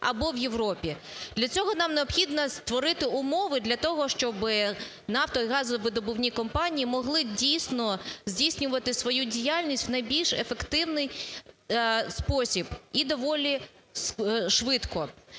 або в Європі. Для цього нам необхідно створити умови для того, щоб нафто і газовидобувні компанії могли дійсно здійснювати свою діяльність в найбільш ефективний спосіб і доволі швидко.